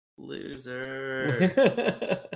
Loser